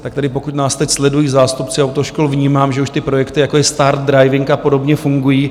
Tak tedy pokud nás teď sledují zástupci autoškol, vnímám, že už ty projekty, jako je Start Driving a podobně, fungují.